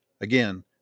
Again